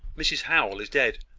mrs howell is dead.